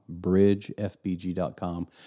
bridgefbg.com